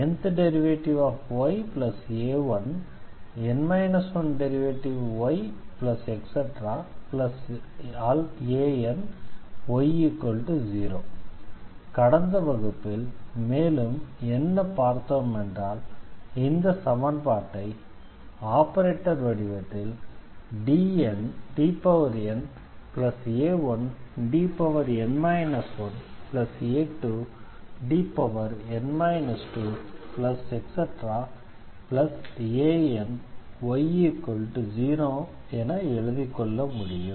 dnydxna1dn 1ydxn 1any0 கடந்த வகுப்பில் மேலும் என்ன பார்த்தோம் என்றால் இந்த சமன்பாட்டை ஆபரேட்டர் வடிவத்தில் Dna1Dn 1a2Dn 2any0 என எழுதிக் கொள்ள முடியும்